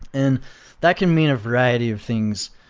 and that can mean a variety of things.